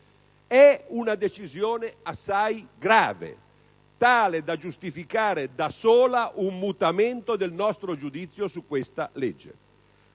è una decisione assai grave, tale da giustificare da sola un mutamento del nostro giudizio su questa legge.